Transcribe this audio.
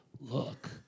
look